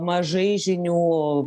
mažai žinių